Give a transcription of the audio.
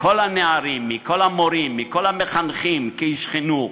מכל הנערים, מכל המורים, מכל המחנכים, כאיש חינוך,